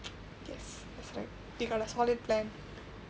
yes that's right you got a solid plan